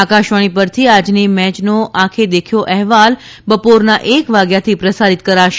આકાશવાણી પરથી આજની મેચનો આંખે દેખ્યો અહેવાલ બપોરના એક વાગ્યાથી પ્રસારીત કરાશે